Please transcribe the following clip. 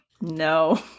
no